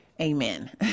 Amen